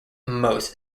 most